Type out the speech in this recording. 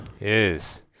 Yes